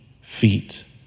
feet